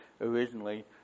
originally